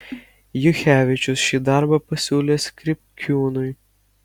juchevičius šį darbą pasiūlė skripkiūnui